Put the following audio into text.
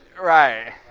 Right